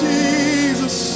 Jesus